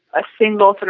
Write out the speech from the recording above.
a single but